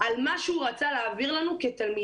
על מה שהוא רצה להעביר לנו כתלמידים.